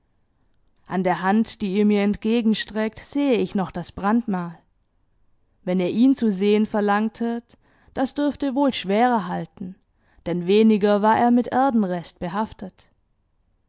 an der hand die ihr mir entgegenstreckt sehe ich noch das brandmal wenn ihr ihn zu sehen verlangtet das dürfte wohl schwerer halten denn weniger war er mit erdenrest behaftet